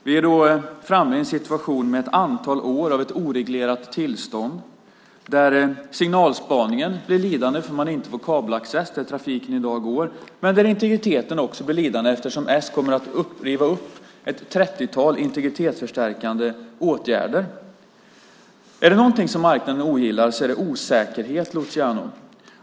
Vi är då framme i en situation med ett antal år av ett oreglerat tillstånd där signalspaningen blir lidande därför att man inte får kabelaccess till hur trafiken i dag går. Men integriteten blir också lidande eftersom s kommer att riva upp ett trettiotal integritetsstärkande åtgärder. Är det någonting marknaden ogillar är det osäkerhet, Luciano.